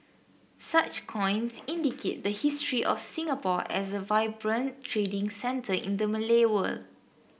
such coins indicate the history of Singapore as a vibrant trading centre in the Malay world